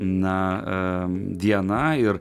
na a diena ir